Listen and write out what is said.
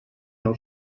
nou